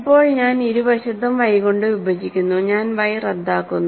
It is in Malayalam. ഇപ്പോൾ ഞാൻ ഇരുവശത്തും y കൊണ്ട് വിഭജിക്കുന്നു ഞാൻ y റദ്ദാക്കുന്നു